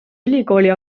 ülikooli